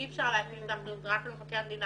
אי אפשר להטיל את האחריות רק על מבקר המדינה